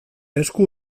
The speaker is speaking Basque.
esku